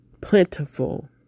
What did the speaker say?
plentiful